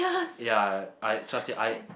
ya I trust you I